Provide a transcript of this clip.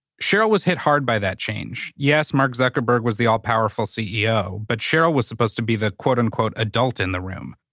sheryl was hit hard by that change. yes, mark zuckerberg was the all-powerful ceo. but sheryl was supposed to be the, quote unquote, adult in the room.